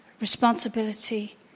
responsibility